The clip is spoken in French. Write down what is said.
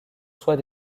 soit